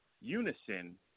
unison